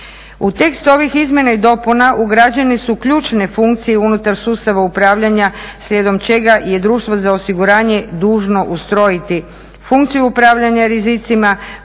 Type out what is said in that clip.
U tekstu ovih izmjena i dopuna ugrađeni su ključne funkcije unutar sustava upravljanja slijedom čega je društvo za osiguranje dužno ustrojiti funkciju upravljanja rizicima,